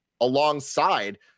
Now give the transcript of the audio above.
alongside